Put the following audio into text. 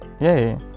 yay